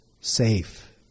safe